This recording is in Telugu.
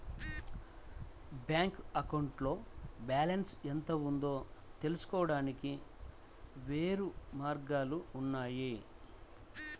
బ్యాంక్ అకౌంట్లో బ్యాలెన్స్ ఎంత ఉందో తెలుసుకోవడానికి వేర్వేరు మార్గాలు ఉన్నాయి